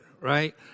right